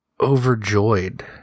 overjoyed